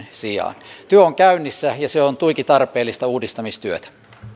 sijaan työ on käynnissä ja se on tuiki tarpeellista uudistamistyötä